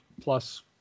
plus